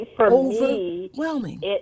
overwhelming